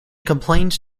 complained